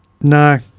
No